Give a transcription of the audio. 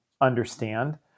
understand